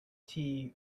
tea